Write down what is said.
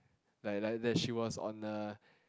like like that she was on a